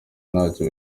ntacyo